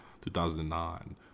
2009